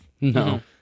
No